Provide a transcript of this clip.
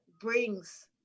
brings